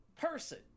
person